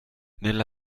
nella